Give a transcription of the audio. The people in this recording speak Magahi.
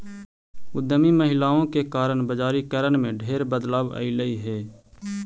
उद्यमी महिलाओं के कारण बजारिकरण में ढेर बदलाव अयलई हे